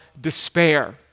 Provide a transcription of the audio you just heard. despair